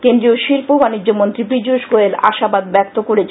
কেন্দ্রীয় শিল্প ও বানিজ্য মন্ত্রী পীযুষ গোয়েল আশাবাদ ব্যক্ত করেছেন